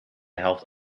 helft